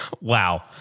Wow